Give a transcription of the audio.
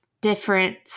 Different